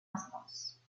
instance